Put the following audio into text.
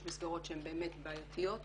יש מסגרות שהן באמת בעייתיות יותר.